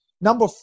number